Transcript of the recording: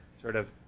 sort of,